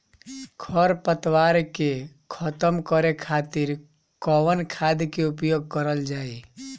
खर पतवार के खतम करे खातिर कवन खाद के उपयोग करल जाई?